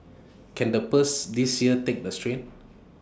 can the purse this year take the strain